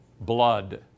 blood